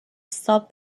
stopped